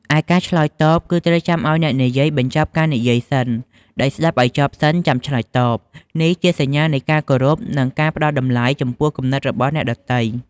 ឯការឆ្លើយតប គឺត្រូវចាំឲ្យអ្នកនិយាយបញ្ចប់ការនិយាយសិន ដោយស្តាប់ឲ្យចប់សិនចាំឆ្លើយតប នេះជាសញ្ញានៃការគោរព និងការផ្តល់តម្លៃចំពោះគំនិតរបស់អ្នកដទៃ។